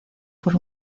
por